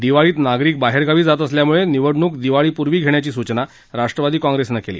दिवाळीत नागरिक बाहेरगावी जात असल्यामुळे निवडणूक दिवाळीपूर्वी घेण्याची सूचना राष्ट्रवादी काँग्रेसनं केली